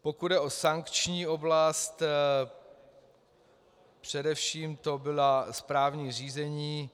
Pokud jde o sankční oblast, především to byla správní řízení.